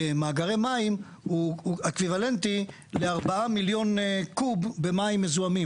במאגרי מים הוא אקוויוולנטי ל-4 מיליון קוב במים מזוהמים.